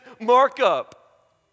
markup